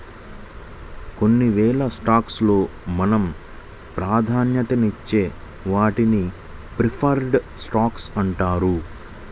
కొన్నివేల స్టాక్స్ లో మనం ప్రాధాన్యతనిచ్చే వాటిని ప్రిఫర్డ్ స్టాక్స్ అంటారు